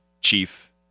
chief